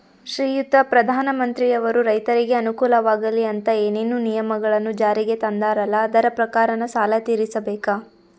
ಶ್ರೀಯುತ ಪ್ರಧಾನಮಂತ್ರಿಯವರು ರೈತರಿಗೆ ಅನುಕೂಲವಾಗಲಿ ಅಂತ ಏನೇನು ನಿಯಮಗಳನ್ನು ಜಾರಿಗೆ ತಂದಾರಲ್ಲ ಅದರ ಪ್ರಕಾರನ ಸಾಲ ತೀರಿಸಬೇಕಾ?